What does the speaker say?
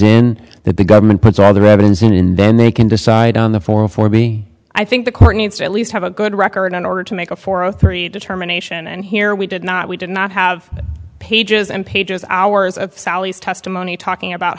in that the government puts other evidence in and then they can decide on the form for me i think the court needs to at least have a good record in order to make up for us determination and here we did not we did not have pages and pages hours of sally's testimony talking about